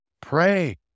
Pray